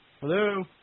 Hello